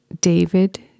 David